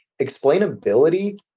Explainability